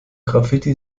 graffiti